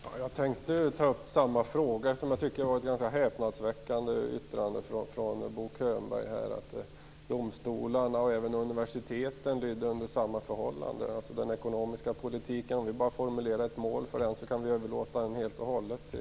Fru talman! Jag tänkte ta upp samma fråga som Kenneth Kvist. Det var ett ganska häpnadsväckande yttrande av Bo Könberg att säga att det för domstolarna och universiteten gäller samma förhållanden. Det är bara att formulera ett mål för den ekonomiska politiken så kan vi överlåta den helt och hållet